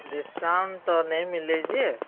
discount ତ ନେଇଁମିଲେ ଯେ